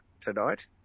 tonight